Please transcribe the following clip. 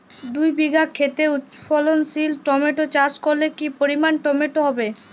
দুই বিঘা খেতে উচ্চফলনশীল টমেটো চাষ করলে কি পরিমাণ টমেটো হবে?